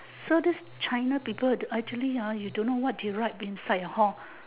so these china people they actually ah you don't know what they write inside hor